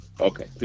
Okay